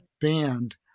banned